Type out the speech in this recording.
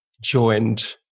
joined